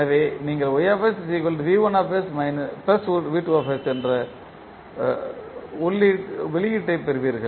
எனவே நீங்கள் என்ற வெளியீட்டைப் பெறுவீர்கள்